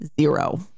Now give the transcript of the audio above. zero